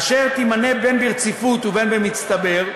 אשר תימנה בין ברציפות ובין במצטבר,